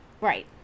Right